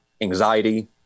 anxiety